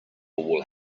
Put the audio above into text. will